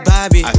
Bobby